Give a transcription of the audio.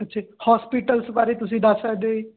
ਜੀ ਹੋਸਪੀਟਲਸ ਬਾਰੇ ਤੁਸੀਂ ਦੱਸ ਸਕਦੇ ਜੀ